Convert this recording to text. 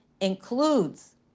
includes